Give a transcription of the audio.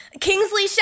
Kingsley